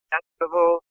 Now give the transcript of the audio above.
Festival